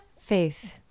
Faith